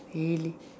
really